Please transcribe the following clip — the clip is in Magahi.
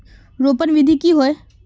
रोपण विधि की होय?